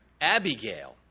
Abigail